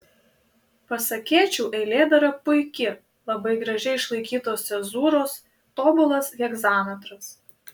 pasakėčių eilėdara puiki labai gražiai išlaikytos cezūros tobulas hegzametras